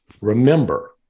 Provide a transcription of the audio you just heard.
Remember